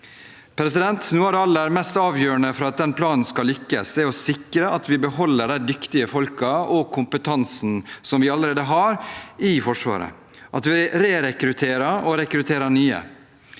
mest avgjørende for at denne planen skal lykkes, er å sikre at vi beholder de dyktige folkene og den kompetansen vi allerede har i Forsvaret, at vi re rekrutterer og rekrutterer nye.